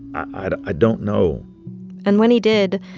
i don't know and when he did,